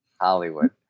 Hollywood